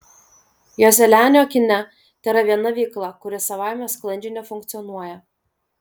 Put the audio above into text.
joselianio kine tėra viena veikla kuri savaime sklandžiai nefunkcionuoja